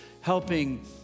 helping